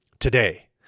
Today